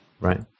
Right